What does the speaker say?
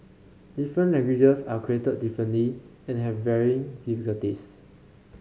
different languages are created differently and have varying difficulties